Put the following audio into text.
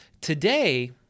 Today